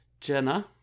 Jenna